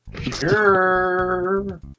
Sure